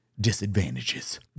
disadvantages